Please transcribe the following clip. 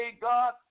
God